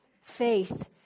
faith